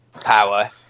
power